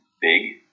big